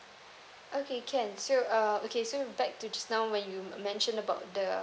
okay can so uh okay so back to just now when you mention about the